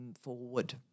forward